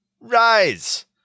rise